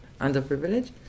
underprivileged